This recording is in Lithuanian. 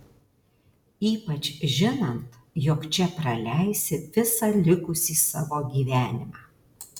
ypač žinant jog čia praleisi visą likusį savo gyvenimą